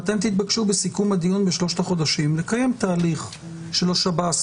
ואתם תתבקשו בסיכום הדיון בשלושת החודשים לקיים תהליך של השב"ס,